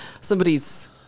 somebody's